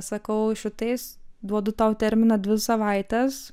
sakau šitais duodu tau terminą dvi savaites